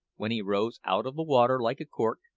when he rose out of the water like a cork,